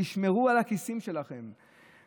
תשמרו על הכיסים שלכם,